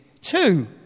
two